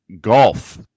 Golf